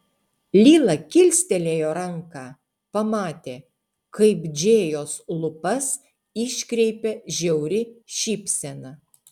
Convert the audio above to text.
lila kilstelėjo ranką pamatė kaip džėjos lūpas iškreipia žiauri šypsena